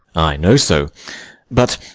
i know so but,